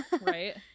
Right